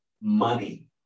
money